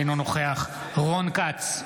אינו נוכח רון כץ,